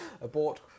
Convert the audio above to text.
Abort